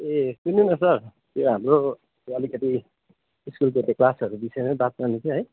ए सुन्नु न सर त्यो हाम्रो चाहिँ अलिकति स्कुलको त्यो क्लासहरू विषयमा बात मार्नु थियो है